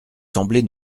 semblez